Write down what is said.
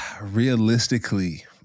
realistically